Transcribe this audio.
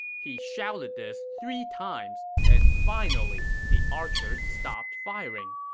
he shouted this three times, and finally, the archers stopped firing.